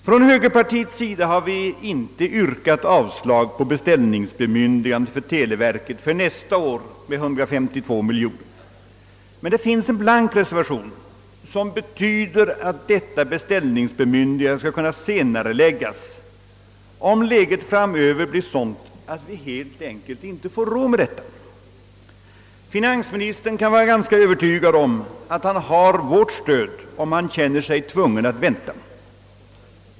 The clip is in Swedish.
Från högerpartiets sida har vi inte yrkat avslag på beställningsbemyndigandet för televerket för budgetåren 1966 71 på 152 miljoner. Men det finns en blank reservation som betyder att detta beställningsbemyndigande skall kunna senareläggas om läget framöver blir sådant att vi helt enkelt inte får råd med detta. Finansministern kan vara ganska övertygad om att han får vårt stöd, om han känner sig tvungen att vänta.